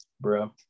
bro